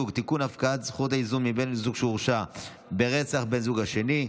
הפקעת זכות האיזון מבן זוג שהורשע ברצח בן הזוג השני),